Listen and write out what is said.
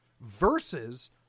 Versus